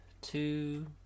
two